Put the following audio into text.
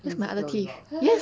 use my other teeth yes